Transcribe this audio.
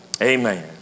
Amen